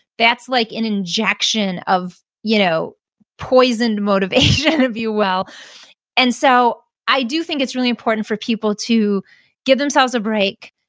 that's like an injection of you know poisoned motivation, if you will. and so i do think it's really important for people to give themselves a break,